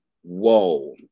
whoa